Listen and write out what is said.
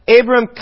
Abram